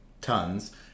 tons